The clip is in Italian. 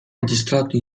registrato